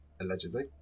allegedly